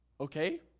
Okay